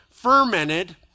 fermented